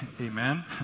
Amen